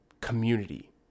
community